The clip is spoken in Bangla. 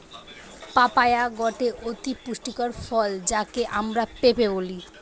পাপায়া গটে অতি পুষ্টিকর ফল যাকে আমরা পেঁপে বলি